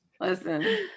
Listen